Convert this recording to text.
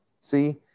See